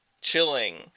chilling